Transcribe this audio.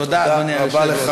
תודה, אדוני היושב-ראש.